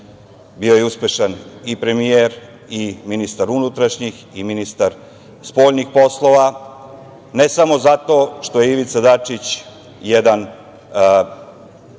bio je uspešan i premijer i ministar unutrašnjih i ministar spoljnih poslova. Ne samo zato što je, Ivica Dačić jedan